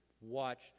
watch